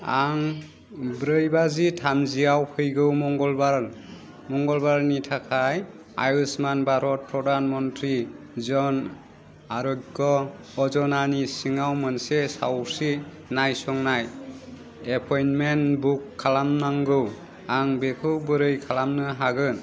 आं ब्रै बाजि थामजियाव फैगौ मंगलबार मंगलबारनि थाखाय आयुष्मान भारत प्रधान मन्त्रि जन आरय्ग यजनानि सिङाव मोनसे सावस्रि नायसंनाय एपइमेन्ट बुक खालामनांगौ आं बेखौ बोरै खालामनो हागोन